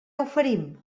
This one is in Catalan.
oferim